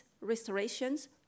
restorations